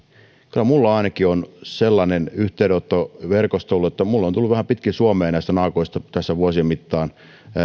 kyllä minulla on ainakin sellainen yhteydenottoverkosto ollut että minulle on tullut vähän pitkin suomea näistä naakoista tässä vuosien mittaan